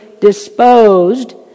disposed